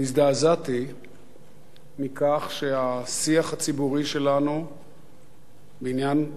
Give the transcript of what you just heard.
והזדעזעתי מכך שהשיח הציבורי שלנו בעניין כזה,